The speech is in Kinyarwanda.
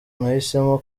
nahisemo